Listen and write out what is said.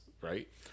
Right